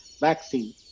vaccine